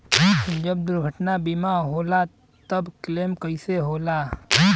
जब दुर्घटना बीमा होला त क्लेम कईसे होला?